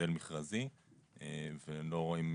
דרישותיו והתעדוף,